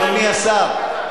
אדוני השר,